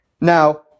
now